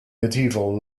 medieval